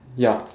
ya